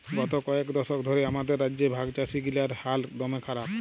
গত কয়েক দশক ধ্যরে আমাদের রাজ্যে ভাগচাষীগিলার হাল দম্যে খারাপ